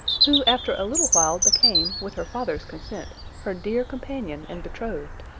who, after a little while became, with her father's consent, her dear companion and betrothed.